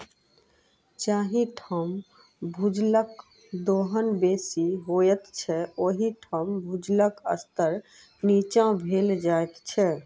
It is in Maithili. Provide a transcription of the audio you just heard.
जाहि ठाम भूजलक दोहन बेसी होइत छै, ओहि ठाम भूजलक स्तर नीचाँ भेल जाइत छै